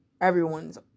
Everyone's